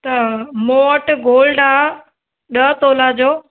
त मूं वटि गोल्ड आ ॾह तोला जो